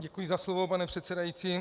Děkuji za slovo, pane předsedající.